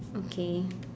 okay